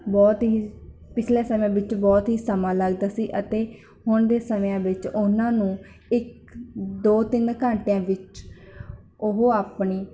ਬਹੁਤ ਹੀ ਜ਼ ਪਿਛਲੇ ਸਮੇਂ ਵਿੱਚ ਬਹੁਤ ਹੀ ਸਮਾਂ ਲੱਗਦਾ ਸੀ ਅਤੇ ਹੁਣ ਦੇ ਸਮਿਆਂ ਵਿੱਚ ਉਹਨਾਂ ਨੂੰ ਇੱਕ ਦੋ ਤਿੰਨ ਘੰਟਿਆਂ ਵਿੱਚ ਉਹ ਆਪਣੀ